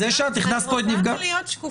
שזה שאת הכנסת פה את נפגע ------ להיות שקופה,